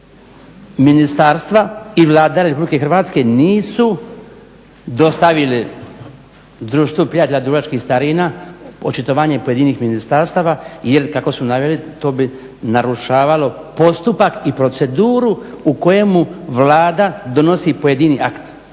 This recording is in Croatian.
ministarstva i Vlada RH nisu dostavili Društvu prijatelja dubrovačkih starina očitovanje pojedinih ministarstava jer kako su naveli to bi narušavalo postupak i proceduru u kojemu Vlada donosi pojedini akt.